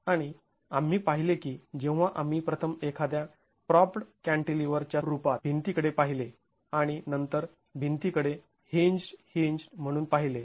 आणि आम्ही पाहिले की जेव्हा आम्ही प्रथम एखाद्या प्रॉप्ड् कॅंटीलिवर च्या रूपात भिंतीकडे पाहिले आणि नंतर भिंतीकडे हींज्ड हींज्ड म्हणून पाहिले